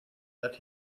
that